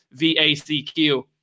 VACQ